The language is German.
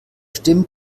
stimmt